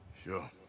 Sure